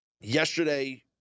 yesterday